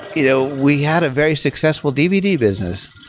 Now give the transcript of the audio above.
you know we had a very successful dvd business.